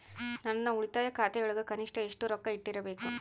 ನನ್ನ ಉಳಿತಾಯ ಖಾತೆಯೊಳಗ ಕನಿಷ್ಟ ಎಷ್ಟು ರೊಕ್ಕ ಇಟ್ಟಿರಬೇಕು?